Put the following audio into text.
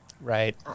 Right